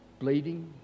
bleeding